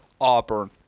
Auburn